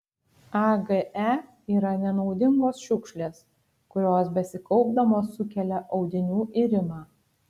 age yra nenaudingos šiukšlės kurios besikaupdamos sukelia audinių irimą